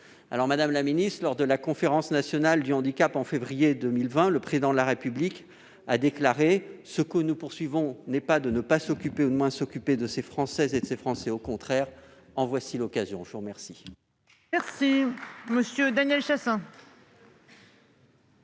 Alors, madame la secrétaire d'État, lors de la Conférence nationale du handicap, en février 2020, le Président de la République a déclaré :« Ce que nous poursuivons n'est pas de ne pas s'occuper ou de moins s'occuper de ces Françaises et de ces Français, au contraire. » En voici l'occasion ! La parole est à M. Daniel Chasseing,